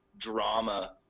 drama